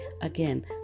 Again